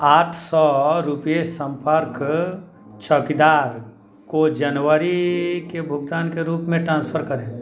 आठ सौ रुपेय संपर्क चौकीदार को जनवरी के भुगतान के रूप में ट्रांसफर करें